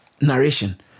narration